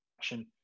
action